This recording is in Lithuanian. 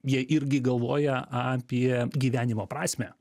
jie irgi galvoja apie gyvenimo prasmę